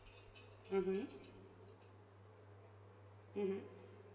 mmhmm mmhmm